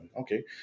okay